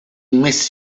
miss